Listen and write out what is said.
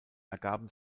ergaben